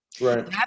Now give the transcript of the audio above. Right